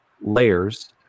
layers